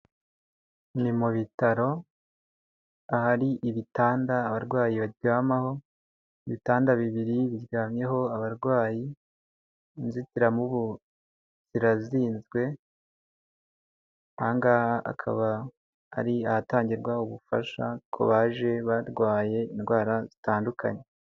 Ni mu bitaro ahari ibitanda abarwayi baryamaho, ibitanda bibiri biryamyeho abarwayi. Inzitiramubu zirazinzwe, angahe akaba ari ahatangirwa ubufasha ku baje barwaye indwara zitandukanye.